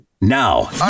now